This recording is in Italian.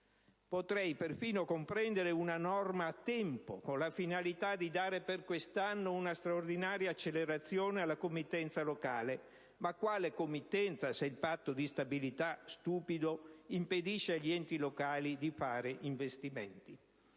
Potrei perfino comprendere una norma a tempo, con la finalità di dare per quest'anno una straordinaria accelerazione alla committenza locale: ma quale committenza, se il Patto di stabilità stupido impedisce agli enti locali di fare investimenti?